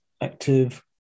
active